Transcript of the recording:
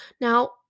Now